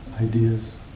ideas